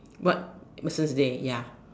what Missus day ya